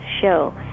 show